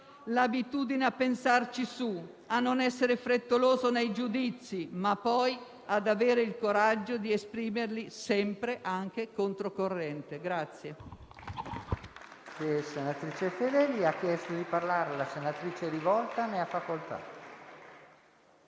l'abitudine a pensarci su, a non essere frettoloso nei giudizi, ma poi ad avere il coraggio di esprimerli anche controcorrente».